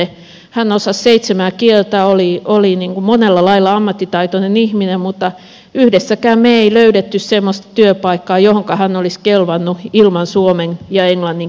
hän osasi seitsemää kieltä oli monella lailla ammattitaitoinen ihminen mutta yhdessäkään me emme löytäneet semmoista työpaikkaa johonka hän olisi kelvannut ilman suomen ja englannin kielen taitoa